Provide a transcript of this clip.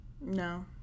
No